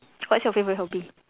what's your favorite hobby